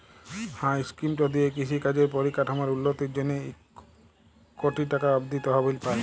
হাঁ ইস্কিমট দিঁয়ে কিষি কাজের পরিকাঠামোর উল্ল্যতির জ্যনহে ইক কটি টাকা অব্দি তহবিল পায়